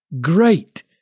great